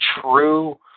true